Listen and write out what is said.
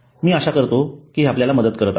मी आशा करतो कि हे आपल्याला मदत करत आहे